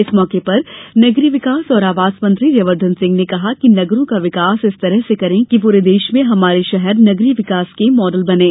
इस मौके पर नगरीय विकास और आवास मंत्री जयवर्द्वन सिंह ने कहा कि नगरों का विकास इस तरह से करें कि पूरे देश में हमारे शहर नगरीय विकास के मॉडल बनें